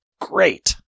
great